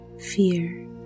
Fear